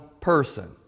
person